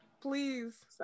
Please